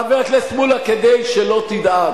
אתה לא מכיר, חבר הכנסת מולה, כדי שלא תדאג.